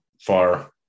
far